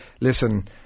listen